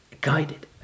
guided